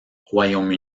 royaume